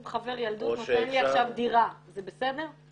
אם חבר ילדות נותן לי עכשיו דירה, זה בסדר?